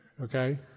Okay